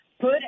put